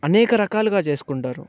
అనేక రకాలుగా చేసుకుంటారు